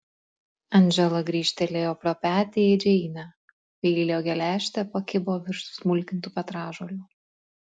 andžela grįžtelėjo pro petį į džeinę peilio geležtė pakibo virš susmulkintų petražolių